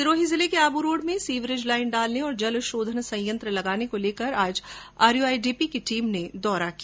सिरोही जिले के आबू रोड में सीवरेज लाईन डालने और जल शोधन संयंत्र लगाने को लेकर आज आरयूआईडीपी की टीम ने दौरा किया